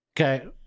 Okay